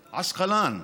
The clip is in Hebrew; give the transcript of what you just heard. עסקלן.